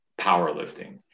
powerlifting